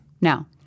Now